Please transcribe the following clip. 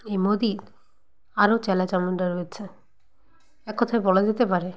এই মোদির আরও চ্যালাচামুন্ডা রয়েছে এক কথায় বলা যেতে পারে